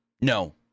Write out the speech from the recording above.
No